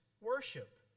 worship